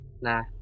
Nah